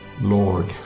Lord